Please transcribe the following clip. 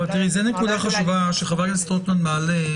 נקודה חשובה שחבר הכנסת רוטמן מעלה,